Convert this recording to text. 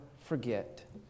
forget